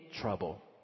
trouble